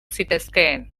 zitezkeen